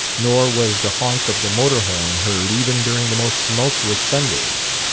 nor was the honk of the motor-horn heard even during the most tumultuous sundays.